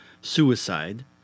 suicide